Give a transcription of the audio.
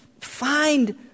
find